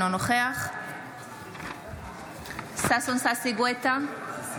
אינו נוכח ששון ששי גואטה,